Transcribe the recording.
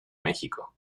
méxico